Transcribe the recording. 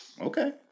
Okay